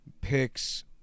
picks